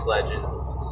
Legends